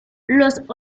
los